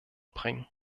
bringen